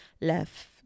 left